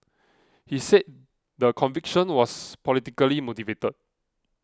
he said the conviction was politically motivated